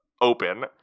open